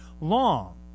long